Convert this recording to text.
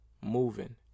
moving